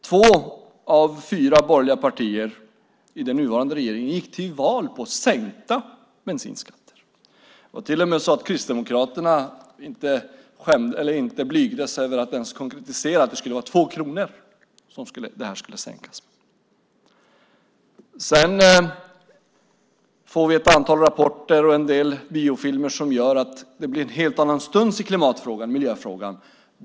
Två av fyra borgerliga partier i den nuvarande regeringen gick till val på sänkta bensinskatter! Det var till och med så att Kristdemokraterna inte ens blygdes över att konkretisera - sänkningen skulle vara två kronor. Sedan får vi ett antal rapporter och en del biofilmer som gör att det blir en helt annan stuns i klimat och miljöfrågan.